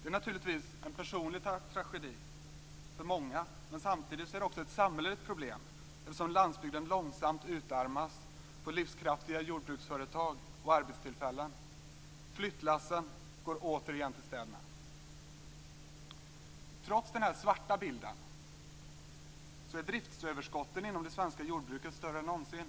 Det är naturligtvis en personlig tragedi för många men samtidigt ett samhälleligt problem, eftersom landsbygden långsamt utarmas på livskraftiga jordbruksföretag och arbetstillfällen. Flyttlassen går återigen till städerna. Trots denna svarta bild är driftsöverskotten inom det svenska jordbruket större än någonsin.